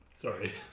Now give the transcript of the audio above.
Sorry